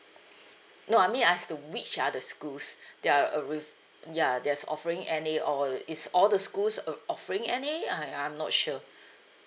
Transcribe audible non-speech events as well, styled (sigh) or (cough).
no I mean as to which are the schools that are uh with ya that's offering N_A or is all the schools uh offering N_A I I'm not sure (breath)